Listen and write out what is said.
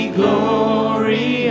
glory